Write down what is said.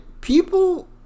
people